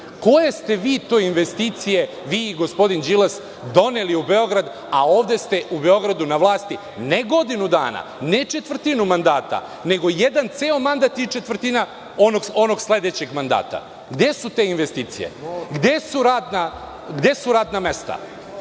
Koje ste vi to investicije vi i gospodin Đilas doneli u Beograd, a ovde ste u Beogradu na vlasti, ne godinu dana, ne četvrtinu mandata, nego jedan ceo mandat i četvrtina onog sledećeg mandata. Gde su te investicije? Gde su radna mesta?